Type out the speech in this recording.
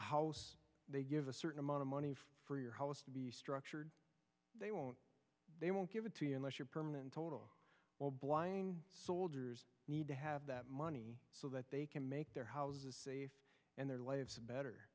how they give a certain amount of money for your house to be structured they won't they won't give it to you unless you're permanent total all blind soldiers need to have that money so that they can make their houses and their lives better